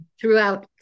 throughout